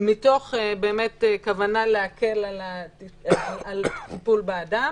מתוך כוונה להקל על הטיפול באדם,